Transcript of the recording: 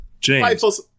James